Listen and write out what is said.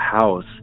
house